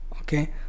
Okay